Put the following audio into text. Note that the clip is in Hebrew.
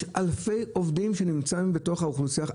יש אלפי עובדים שנמצאים בתוך האוכלוסייה,